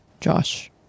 Josh